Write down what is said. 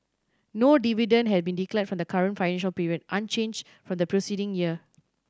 no dividend has been declared for the current financial period unchanged from the preceding year